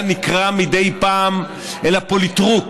היה נקרא מדי פעם אל הפוליטרוק,